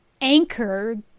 anchor